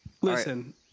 listen